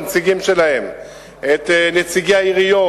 את נציגי העיריות,